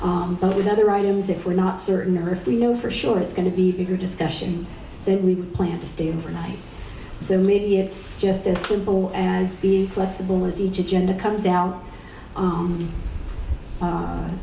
now but with other items if we're not certain or if we know for sure it's going to be bigger discussion then we plan to stay overnight so maybe it's just as simple as flexible as each agenda comes out